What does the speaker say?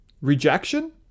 Rejection